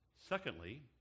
Secondly